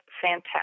fantastic